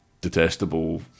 detestable